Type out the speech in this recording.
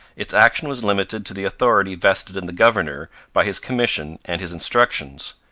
its action was limited to the authority vested in the governor by his commission and his instructions.